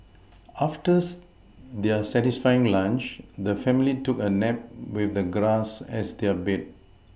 after's their satisfying lunch the family took a nap with the grass as their bed